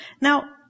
Now